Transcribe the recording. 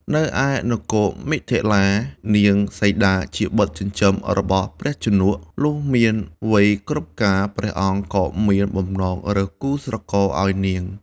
នៅឯនគរ មិថិលា នាងសីតាជាបុត្រចិញ្ចឹមរបស់ ព្រះជនក លុះមានវ័យគ្រប់ការ ព្រះអង្គក៏មានបំណងរើសគូស្រករអោយនាង។